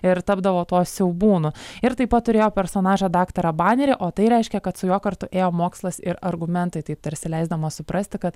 ir tapdavo to siaubūnu ir taip pat turėjo personažą daktarą banerį o tai reiškia kad su juo kartu ėjo mokslas ir argumentai tai tarsi leisdamas suprasti kad